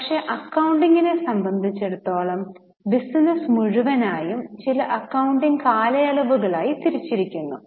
പക്ഷേ അക്കൌണ്ടിങ്ങ്നെ സംബന്ധിച്ചിടത്തോളം ബിസിനസ്സ് മുഴുവനായും ചില അക്കൌണ്ടിംഗ് കാലയളവുകളായി തിരിച്ചിരിക്കുന്നു